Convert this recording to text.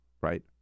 right